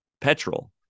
petrol